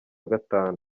gatanu